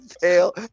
fail